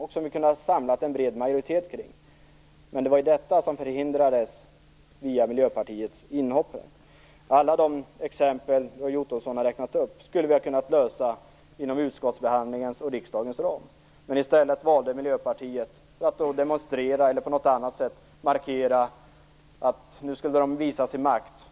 Därmed hade en bred majoritet kunnat samlas kring förslaget, men detta förhindrades via Miljöpartiets inhopp. Alla frågor som Roy Ottosson räknat upp skulle vi ha kunnat lösa inom utskottsbehandlingens och riksdagens ram. I stället valde Miljöpartiet att demonstrera eller på annat sätt markera. Man skulle nu visa sin makt.